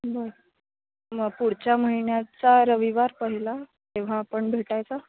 बर मग पुढच्या महिन्याचा रविवार पहिला तेव्हा आपण भेटायचं